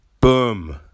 boom